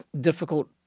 difficult